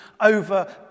over